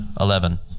Eleven